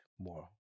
more